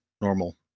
normal